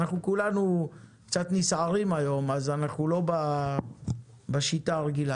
אנחנו כולנו קצת נסערים היום אז אנחנו לא בשיטה הרגילה.